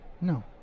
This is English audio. No